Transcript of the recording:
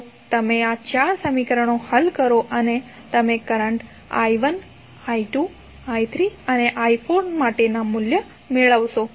તો તમે આ ચાર સમીકરણો હલ કરો અને તમે કરંટ i1 i2 i3 અનેi4 માટેના મૂલ્યો મેળવશો